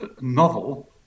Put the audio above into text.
novel